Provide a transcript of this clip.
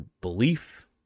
belief